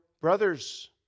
brothers